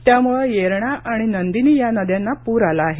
त्यामुळे येरळा आणि नंदिनी या नद्यांना पूर आला आहे